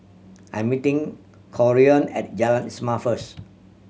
I'm meeting Corean at Jalan Ismail first